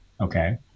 okay